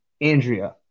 Andrea